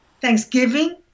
thanksgiving